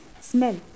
smell